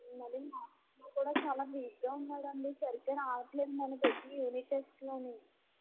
మళ్ళీ మార్క్స్లో కూడా చాలా వీక్గా ఉన్నాడు అండి సరిగ్గా రావట్లేదు మొన్న పెట్టిన యూనిట్ టెస్ట్లోని